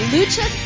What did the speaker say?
Lucha